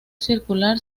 circular